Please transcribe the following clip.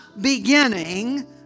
beginning